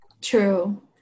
true